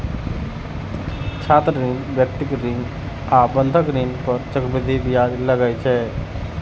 छात्र ऋण, व्यक्तिगत ऋण आ बंधक ऋण पर चक्रवृद्धि ब्याज लागै छै